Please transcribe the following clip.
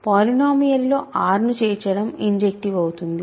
polynomial లో R ను చేర్చడం ఇంజెక్టివ్ అవుతుంది